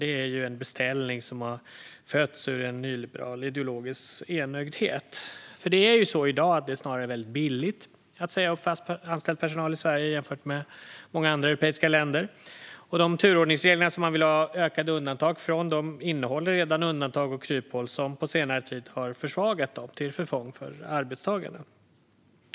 Det är en beställning som har fötts ur en nyliberal ideologisk enögdhet. I dag är det snarare väldigt billigt att säga upp fast anställd personal i Sverige jämfört med hur det är i många andra europeiska länder. Och de turordningsregler som man vill ha ökade undantag från innehåller redan undantag och kryphål som på senare tid har försvagat dem till förfång för arbetstagarna.